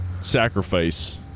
sacrifice